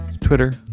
Twitter